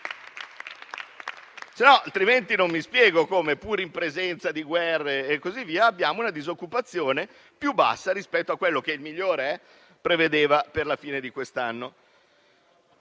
Altrimenti, non mi spiego come, pur in presenza di guerre, la disoccupazione è più bassa rispetto a quello che il migliore prevedeva per la fine di quest'anno.